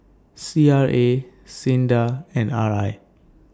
C R A SINDA and R I